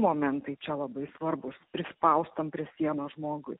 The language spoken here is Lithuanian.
momentai čia labai svarbus prispaustam prie sienos žmogui